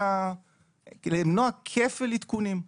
למנוע כפל עדכונים.